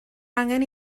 angen